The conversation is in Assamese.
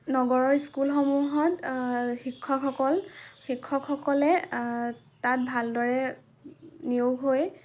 নগৰৰ স্কুলসমূহত শিক্ষকসকল শিক্ষকসকলে তাত ভালদৰে নিয়োগ হৈ